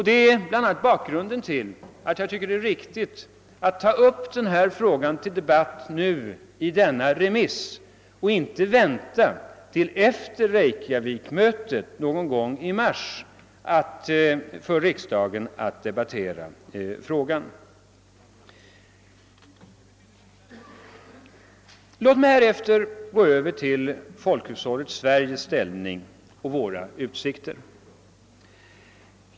Detta är bl.a. bakgrunden till att jag tycker det är riktigt att riksdagen tar upp denna fråga till debatt i den här remissen och inte väntar till efter Reykjaviksmötet någon gång i mars med att diskutera frågan. Låt mig härefter gå över till folkhushållet Sveriges ställning och utsikter.